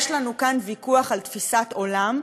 יש לנו כאן ויכוח על תפיסת עולם,